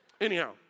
Anyhow